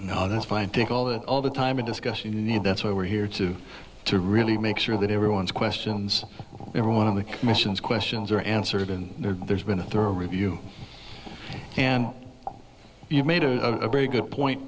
no that's fine i think all that all the time to discuss you need that's why we're here to to really make sure that everyone's questions every one of the commissions questions are answered and there's been a thorough review and you made a very good point